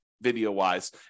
video-wise